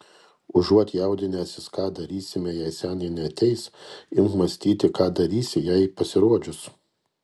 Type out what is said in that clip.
užuot jaudinęsis ką darysime jei senė neateis imk mąstyti ką darysi jai pasirodžius